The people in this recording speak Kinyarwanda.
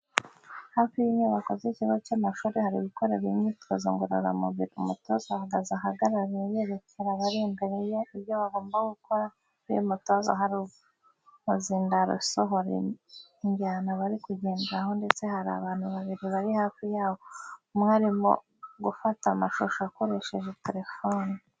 Hafi y'inyubako z'ikigo cy'amashuri hari gukorerwa imyitozo ngororamubiri, umutoza ahagaze ahagaragara yerekera abari imbere ye ibyo bagomba gukora hafi y'umutoza hari umuzindaro usohora injyana bari kugenderaho ndetse hari abantu babiri bari hafi yawo umwe arimo gufata amashusho akoresheje telefoni.